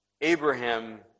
Abraham